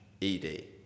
E-D